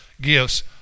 gifts